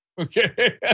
Okay